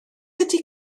ydy